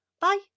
Bye